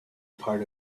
part